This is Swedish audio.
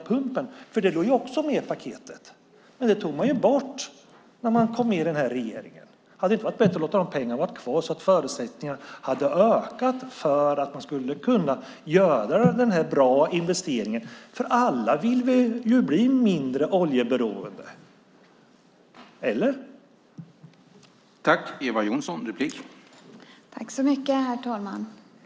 Också det låg ju med i paketet, men det där togs bort när man kom med i den nuvarande regeringen. Hade det inte varit bättre att låta de pengarna vara kvar för att öka förutsättningarna för en bra investering? Alla vill vi ju bli mindre oljeberoende, eller hur?